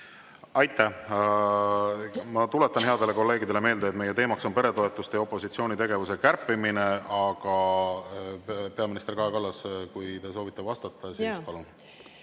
Aitäh! Ma tuletan headele kolleegidele meelde, et meie teema on peretoetuste ja opositsiooni tegevuse kärpimine. Peaminister Kaja Kallas, kui te soovite vastata, siis palun!